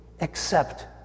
accept